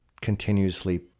continuously